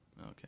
Okay